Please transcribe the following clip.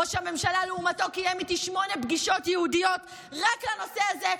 ראש הממשלה לעומתו קיים איתי שמונה פגישות ייעודיות רק לנושא הזה,